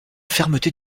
fermeté